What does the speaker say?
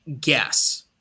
guess